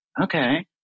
Okay